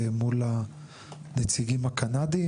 מול הנציגים הקנדים,